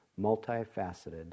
multifaceted